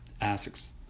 asks